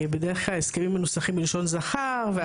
בדרך כלל ההסכמים מנוסחים בלשון זכר.